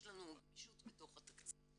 יש לנו גמישות בתוך התקציב.